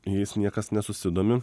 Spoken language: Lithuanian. jais niekas nesusidomi